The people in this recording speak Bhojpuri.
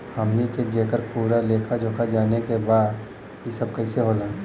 हमनी के जेकर पूरा लेखा जोखा जाने के बा की ई सब कैसे होला?